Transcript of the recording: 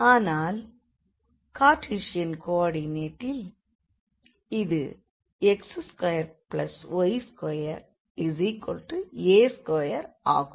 ஆனால் கார்டீசன் கோ ஆர்டினேட்டில் இது x2y2a2 ஆகும்